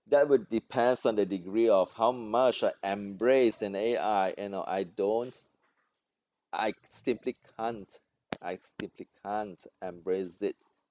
that will depends on the degree of how much I embrace an A_I you know I don't I simply can't I simply can't embrace it